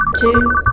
two